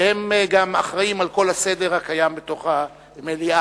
והם גם אחראים על כל הסדר הקיים בתוך המליאה,